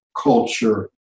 culture